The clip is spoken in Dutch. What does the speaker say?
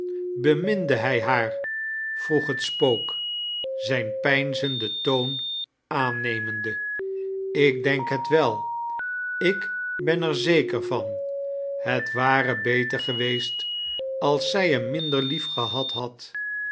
beminde hij haar vnoeg het spook zijn pednzenden toon aannemende ik denk het wel ik ben er zekar van het ware beter geweest als zij hem minder liefgehad had